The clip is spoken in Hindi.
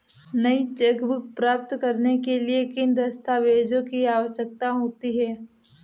नई चेकबुक प्राप्त करने के लिए किन दस्तावेज़ों की आवश्यकता होती है?